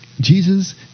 Jesus